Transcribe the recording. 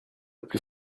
plus